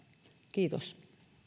kiitos